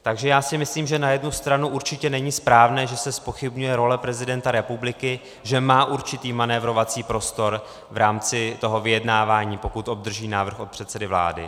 Takže já si myslím, že na jednu stranu určitě není správné, že se zpochybňuje role prezidenta republiky, že má určitý manévrovací prostor v rámci toho vyjednávání, pokud obdrží návrh od předsedy vlády.